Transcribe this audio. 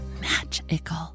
magical